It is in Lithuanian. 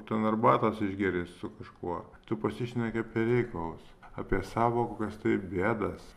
ten arbatos išgėrei su kažkuo tu pasišneki apie reikalus apie sąvokas tai bėdas